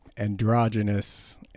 androgynous